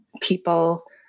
people